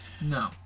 No